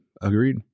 Agreed